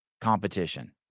competition